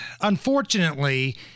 unfortunately